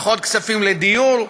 פחות כספים לדיור,